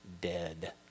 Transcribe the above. dead